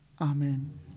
Amen